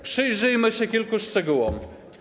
Przyjrzyjmy się kilku szczegółom.